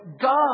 God